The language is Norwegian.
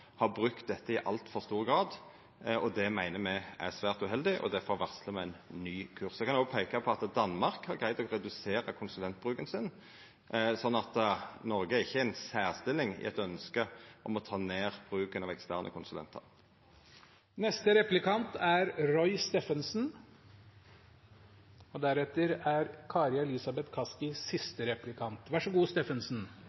har brukt dette i altfor stor grad. Det meiner me er svært uheldig, og difor varslar me ein ny kurs. Eg kan òg peika på at Danmark har greidd å redusera konsulentbruken sin, så Noreg er ikkje i ei særstilling i ønsket om å ta ned bruken av eksterne